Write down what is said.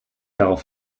darauf